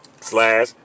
slash